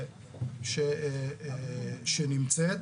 שנמצאת.